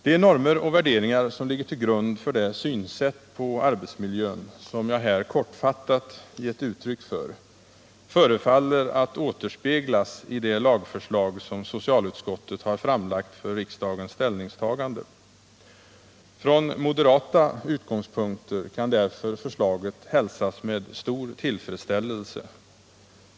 De normer och värderingar som ligger till grund för det synsätt på arbetsmiljön som jag här kortfattat gett uttryck för återspeglas i det lagförslag som socialutskottet har framlagt för riksdagens ställningstagande. Från moderata utgångspunkter kan därför förslaget hälsas med stor tillfredsställelse.